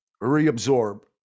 re-absorb